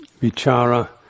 vichara